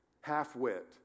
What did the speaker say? half-wit